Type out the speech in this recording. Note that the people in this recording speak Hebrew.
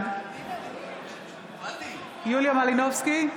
בעד יוליה מלינובסקי,